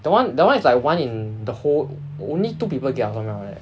the [one] that [one] is like one in the whole only two people get ah around like that